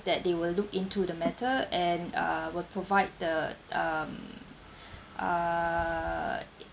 that they will look into the matter and uh will provide the um uh